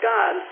God